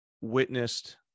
witnessed